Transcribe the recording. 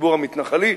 הציבור המתנחלי,